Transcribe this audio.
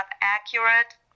accurate